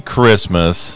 Christmas